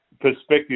perspective